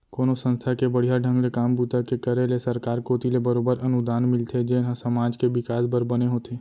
कोनो संस्था के बड़िहा ढंग ले काम बूता के करे ले सरकार कोती ले बरोबर अनुदान मिलथे जेन ह समाज के बिकास बर बने होथे